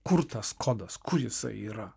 kur tas kodas kur jisai yra